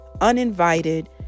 uninvited